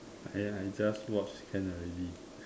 !Aiya! just watch can already